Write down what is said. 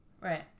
Right